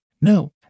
No